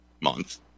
month